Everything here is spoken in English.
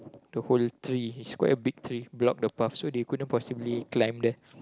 the whole tree is quite a big tree block the path so they couldn't possibly climb there